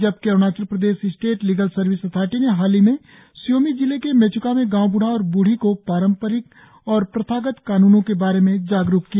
जबकि Arunachal Pradesh state legal service authority ने हाल ही में शी योमी जिले के मेच्का में गांव बूढ़ा और बूढ़ी को पारंपरिक और प्रथागत कानूनों के बारे में जागरुक किया